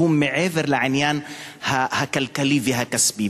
שהוא מעבר לעניין הכלכלי והכספי,